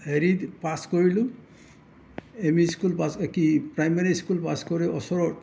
হেৰিত পাছ কৰিলোঁ M E school pass কি প্ৰাইমেৰী স্কুল পাছ কৰি ওচৰৰ